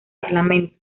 parlamento